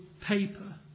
paper